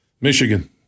Michigan